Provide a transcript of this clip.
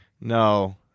No